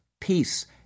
peace